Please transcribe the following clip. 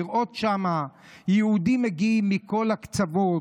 לראות שם יהודים מגיעים מכל הקצוות,